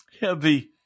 heavy